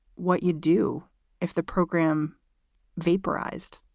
what you do if the program vaporized?